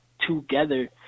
together